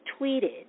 tweeted